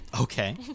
Okay